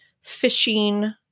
fishing